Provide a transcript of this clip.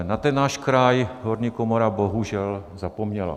Na náš kraj horní komora bohužel zapomněla.